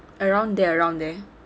around there around there